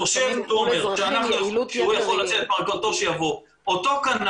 אנחנו אמורים לקבל דיווח סוף סוף על מה שקורה שם,